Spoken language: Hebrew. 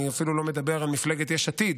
אני אפילו לא מדבר על מפלגת יש עתיד,